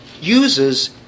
uses